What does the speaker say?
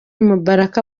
mubaraka